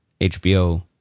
HBO